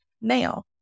Now